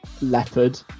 Leopard